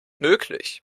möglich